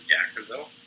Jacksonville